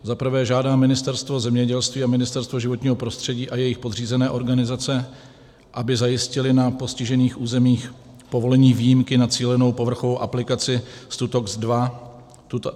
za prvé žádá Ministerstvo zemědělství a Ministerstvo životního prostředí a jejich podřízené organizace, aby zajistily na postižených územích povolení výjimky na cílenou povrchovou aplikaci Stutox II.